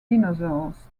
dinosaurs